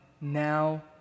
now